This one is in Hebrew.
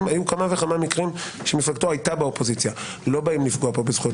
היו כמה וכמה מקרים שמפלגתו הייתה באופוזיציה לא באים לפגוע כאן בזכויות